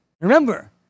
Remember